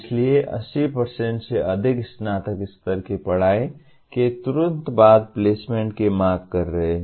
इसलिए 80 से अधिक स्नातक स्तर की पढ़ाई के तुरंत बाद प्लेसमेंट की मांग कर रहे हैं